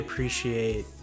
appreciate